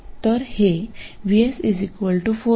तर हे VS 4